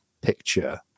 picture